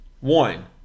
One